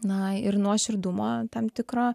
na ir nuoširdumo tam tikro